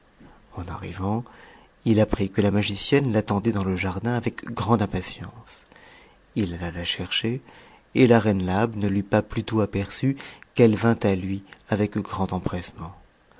en arrivant il apprit que la magicienne l'attendait dans le jardin avec grande impatience ii alla la chercher et la reine labe ne l'eut t'as p utôt aperçu qu'elle vint à lui avec grand empressement